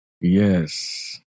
Yes